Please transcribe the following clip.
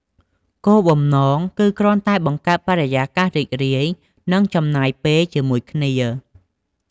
គោលបំណង គឺគ្រាន់តែបង្កើតបរិយាកាសរីករាយ និងចំណាយពេលជាមួយគ្នា។